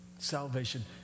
salvation